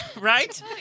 Right